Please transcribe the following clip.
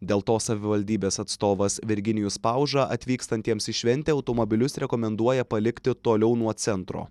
dėl to savivaldybės atstovas virginijus pauža atvykstantiems į šventę automobilius rekomenduoja palikti toliau nuo centro